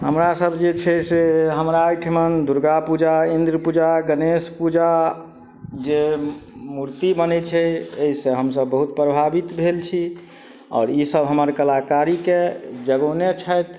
हमरा सब जे छै से हमरा एहिठमन दुर्गा पूजा इन्द्र पूजा गणेश पूजा जे मूर्ति बनै छै एहिसँ हमसब बहुत प्रभावित भेल छी आओर ई सब हमर कलाकारीके जगोने छथि